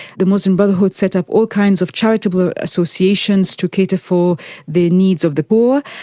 the muslim brotherhood set up all kinds of charitable associations to cater for the needs of the poor,